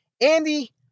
Andy